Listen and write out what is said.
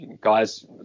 guys